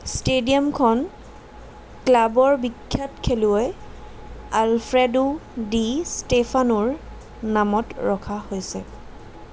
ষ্টেডিয়ামখন ক্লাবৰ বিখ্যাত খেলুৱৈ আলফ্ৰেডো ডি ষ্টেফানোৰ নামত ৰখা হৈছে